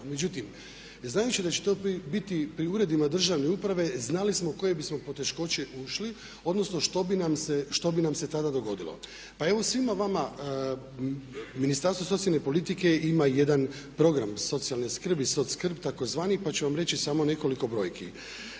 Međutim, znajući da će to biti pri uredima državne uprave znali smo u koje bismo poteškoće ušli, odnosno što bi nam se tada dogodilo. Pa evo svima vama, Ministarstvo socijalne politike ima jedan program socijalne skrbi soc.skrb tzv. pa ću vam reći samo nekoliko brojki.